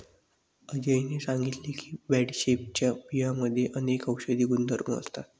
अजयने सांगितले की बडीशेपच्या बियांमध्ये अनेक औषधी गुणधर्म असतात